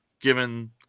given